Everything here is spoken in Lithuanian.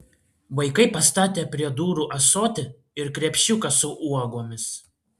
vaikai pastatė prie durų ąsotį ir krepšiuką su uogomis